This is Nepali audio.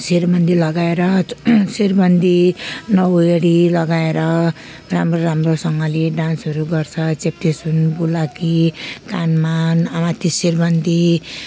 सिरबन्दी लगाएर सिरबन्दी नौ गेडी लगाएर राम्रो राम्रोसँगले डान्सहरू गर्छ चेप्टे सुन बुलाकी कानमा माथि सिरबन्दी